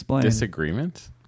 Disagreement